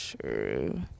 true